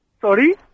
Sorry